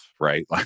right